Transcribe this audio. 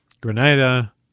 Grenada